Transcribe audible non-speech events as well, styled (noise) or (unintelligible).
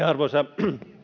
(unintelligible) arvoisa